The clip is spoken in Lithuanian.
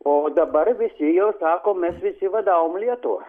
o dabar visi jau sako mes visi vadavom lietuvą